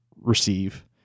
receive